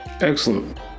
Excellent